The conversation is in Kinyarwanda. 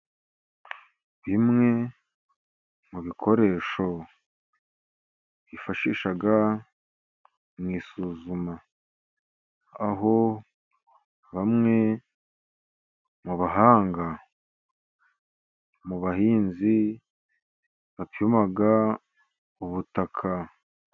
Bimwe mu bikoresho bifashisha mu isuzuma, aho bamwe mu bahanga, mu bahinzi bapima ubutaka.